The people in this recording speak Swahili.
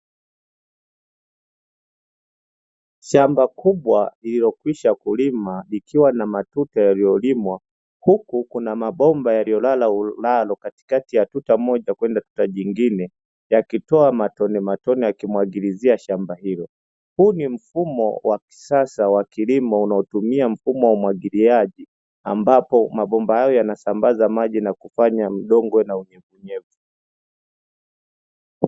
Shamba kubwa lililokwisha kulimwa likiwa na matuta yaliyolimwa huku kuna mabomba yaliyo lala ulalo katikati ya tuta moja kwenda tuta jingine yakitoa matonematone yakimwagilizia shamba hilo. Huu ni mfumo wa kisasa wa kilimo unaotumia mfumo wa umwagiliaji ambapo mabomba hayo yanasambaza maji na kufanya udongo uwe na unyevunyevu.